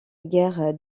guerre